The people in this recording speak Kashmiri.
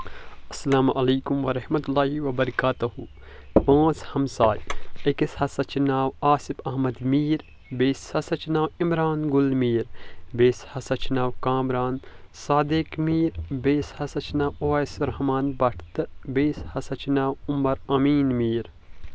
اسلامُ علیکم ورحمتہ اللہِ وبرکاتَہُ پانٛژھ ہمسایہِ أکِس ہسا چھ ناو آصِف احمد میٖر بیٚیِس ہسا چھ ناو عمران گُل میٖر بیٚیِس ہسا چھ ناو کامران صادِق میٖر بیٚیِس ہسا چھُ ناو اویس رحمان بٹ تہٕ بیٚیِس ہسا چھ ناو عُمر امیٖن میٖر